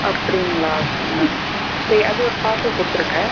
அப்படிங்களா சரி மேம் சேரி அது ஒரு பார்சல் கொடுத்துருங்க